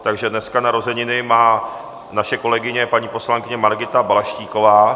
Takže dnes má narozeniny naše kolegyně paní poslankyně Margita Balaštíková.